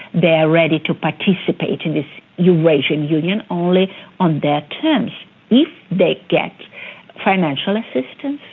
they are ready to participate in this eurasian union only on their terms, if they get financial assistance,